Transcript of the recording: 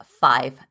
five